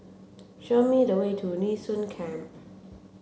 show me the way to Nee Soon Camp